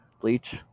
Bleach